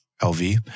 LV